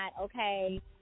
okay